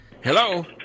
Hello